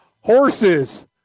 Horses